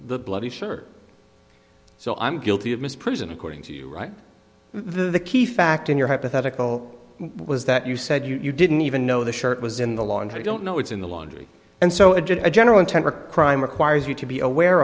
the bloody shirt so i'm guilty of misprision according to you right there the key fact in your hypothetical was that you said you didn't even know the shirt was in the laundry i don't know it's in the laundry and so it just a general intent or crime requires you to be aware